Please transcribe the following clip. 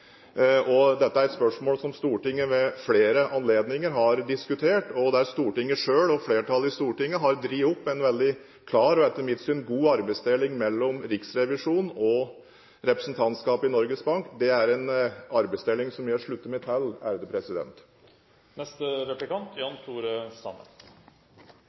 virksomhet. Dette er et spørsmål som Stortinget ved flere anledninger har diskutert, og Stortinget selv, og flertallet i Stortinget, har dradd opp en veldig klar og etter mitt syn god arbeidsdeling mellom Riksrevisjonen og representantskapet i Norges Bank. Det er en arbeidsdeling som jeg slutter meg til.